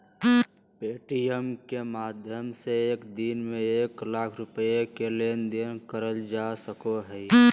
Paytm के माध्यम से एक दिन में एक लाख रुपया के लेन देन करल जा सको हय